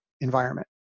environment